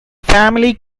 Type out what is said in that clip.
family